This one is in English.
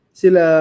sila